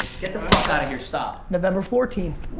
get the fuck out of here. stop. november fourteenth.